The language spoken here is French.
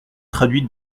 traduite